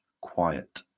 quiet